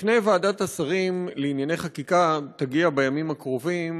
בפני ועדת השרים לענייני חקיקה יגיע בימים הקרובים